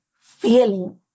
feeling